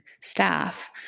staff